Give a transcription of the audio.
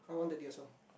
I one thirty also